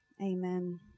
Amen